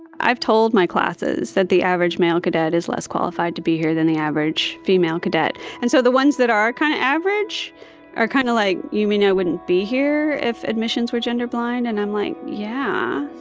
i've told my classes that the average male cadet is less qualified to be here than the average female cadet. and so the ones that are kind of average are kind of like, you mean i wouldn't be here if admissions were gender blind? and i'm like, yeah,